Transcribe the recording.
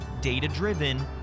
data-driven